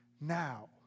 now